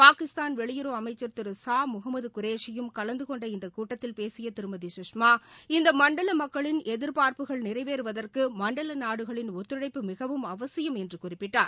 பாகிஸ்தான் வெளியுறவு அமைச்ச் திரு ஷா முகமது குரேஷியும் கலந்து கொண்ட இந்த கூட்டத்தில் பேசிய திருமதி கஷ்மா இந்த மண்டல மக்களின் எதிர்பார்ப்புகள் நிறைவேறவதற்கு மண்டல நாடுகளின் ஒத்துழைப்பு மிகவும் அவசியம் என்று குறிப்பிட்டார்